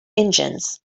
engines